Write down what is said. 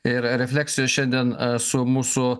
ir refleksijos šiandien su mūsų